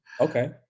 Okay